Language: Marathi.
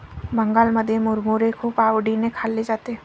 बंगालमध्ये मुरमुरे खूप आवडीने खाल्ले जाते